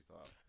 thought